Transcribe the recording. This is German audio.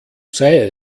sei